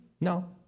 No